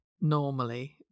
normally